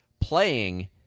playing